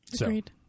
agreed